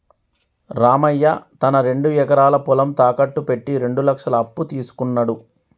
రామయ్య తన రెండు ఎకరాల పొలం తాకట్టు పెట్టి రెండు లక్షల అప్పు తీసుకున్నడు